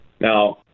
Now